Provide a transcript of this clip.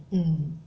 mm